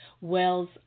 wells